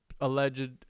alleged